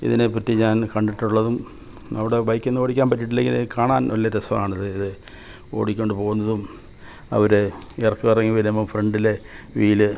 ഇതിനെ പറ്റി ഞാൻ കണ്ടിട്ടുള്ളതും അവിടെ ബൈക്കിൽ നിന്ന് ഓടിക്കാൻ പറ്റിയിട്ടില്ലെങ്കിൽ കാണാൻ വലിയ രസമാണ് ഇത് ഇത് ഓടിക്കൊണ്ട് പോവുന്നതും അവർ ഇറക്കമിറങ്ങി വരുമ്പം ഫ്രണ്ടിലെ വീല്